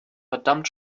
verdammt